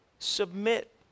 Submit